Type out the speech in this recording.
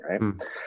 right